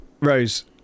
rose